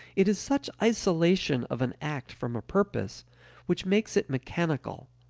it is such isolation of an act from a purpose which makes it mechanical.